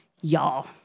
y'all